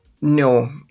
no